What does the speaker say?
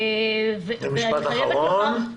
משפט אחרון.